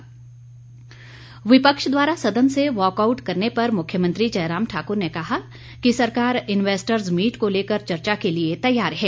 मुख्यमंत्री विपक्ष द्वारा सदन से वाकआउट करने पर मुख्यमंत्री जयराम ठाक्र ने कहा कि सरकार इनवेस्टर मीट को लेकर चर्चा के लिए तैयार है